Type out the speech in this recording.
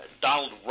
Donald